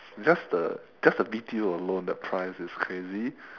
just the just the B_T_O alone the price is crazy